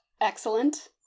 Excellent